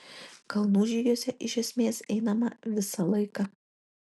kalnų žygiuose iš esmės einama visą laiką